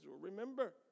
remember